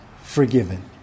forgiven